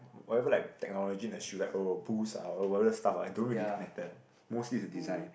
whatever like technology in the shoe like oh boost ah or whatever stuff I don't really matter mostly it's the design